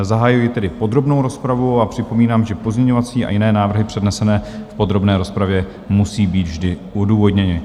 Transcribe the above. Zahajuji tedy podrobnou rozpravu a připomínám, že pozměňovací a jiné návrhy přednesené v podrobné rozpravě musejí být vždy odůvodněny.